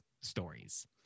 stories